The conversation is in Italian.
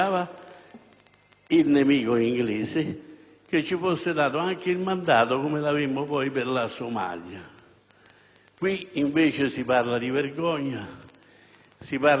il nemico inglese - che ci fosse dato anche il mandato, come l'avemmo poi per la Somalia. Qui invece si parla di vergogna, di